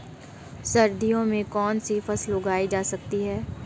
सर्दियों में कौनसी फसलें उगाई जा सकती हैं?